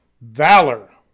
valor